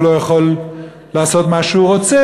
והוא לא יכול לעשות מה שהוא רוצה.